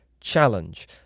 challenge